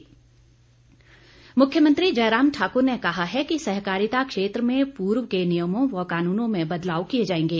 मुख्यमंत्री मुख्यमंत्री जयराम ठाकुर ने कहा है कि सहकारिता क्षेत्र में पूर्व के नियमों व कानूनों में बदलाव किए जाएंगे